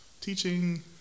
teaching